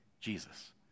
Jesus